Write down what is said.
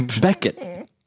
Beckett